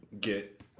get